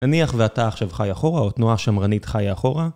נניח ואתה עכשיו חי אחורה, או תנועה שמרנית חיה אחורה